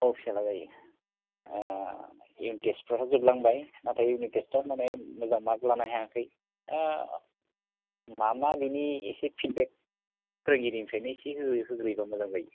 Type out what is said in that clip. औ फिसाज्ला जायो इउनिटेस्टफ्राथ' जोबलांबाय नाथाय इउनिटेस्टाव माने मोजां मार्क लानो हायाखै मा मा बेनि एसे फिडबेक फोरोंगिरिनिफ्रायनो एसे हो होयो होग्रोयोब्ला मोजां जायो